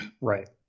Right